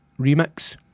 remix